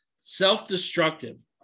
Self-destructive